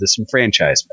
disenfranchisement